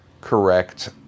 correct